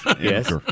Yes